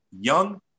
young